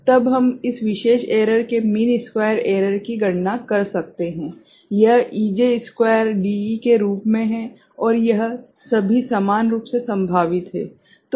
तब हम इस विशेष एरर के मीन स्क्वायर एरर की गणना कर सकते हैं यह Ej स्क्वायर dE के रूप में है और यह सभी समान रूप से संभावित है